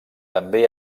també